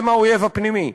הם האויב הפנימי,